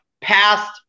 past